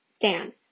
Dan